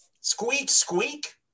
Squeak-squeak